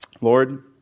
Lord